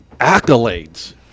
accolades